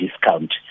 discount